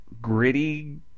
gritty